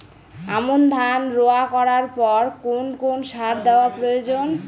আমন ধান রোয়া করার পর কোন কোন সার দেওয়া প্রয়োজন?